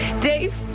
Dave